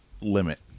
limit